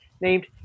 named